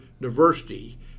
diversity